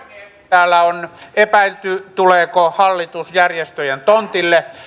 täällä on epäilty tuleeko hallitus järjestöjen tontille